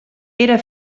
era